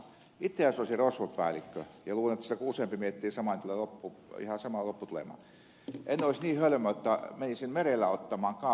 itse jos olisin rosvopäällikkö ja luulen että kun sitä useampi miettii tulee ihan samaan lopputulemaan en olisi niin hölmö jotta menisin merellä kaappaamaan ruokalaivan